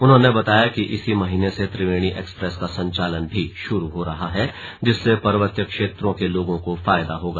उन्होंने बताया कि इसी महीने से त्रिवेणी एक्सप्रेस का संचालन भी शुरू हो रहा है जिससे पर्वतीय क्षेत्रों के लोगों को फायदा होगा